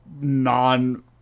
non